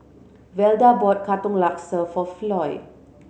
Velda bought Katong Laksa for Floy